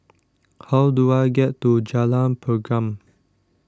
how do I get to Jalan Pergam